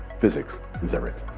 physics is everything.